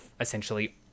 essentially